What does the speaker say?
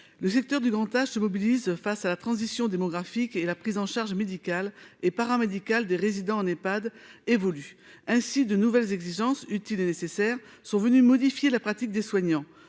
Le secteur du grand âge se mobilise face à la transition démographique et la prise en charge médicale et paramédicale des résidents en Ehpad évolue. Ainsi, de nouvelles exigences, utiles et nécessaires, sont venues modifier la pratique des soignants